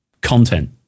Content